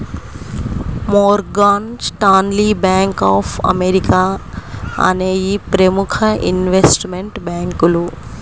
Morgan Stanley, bank of America అనేయ్యి ప్రముఖ investment బ్యేంకులు